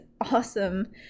awesome